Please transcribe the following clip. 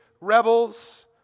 rebels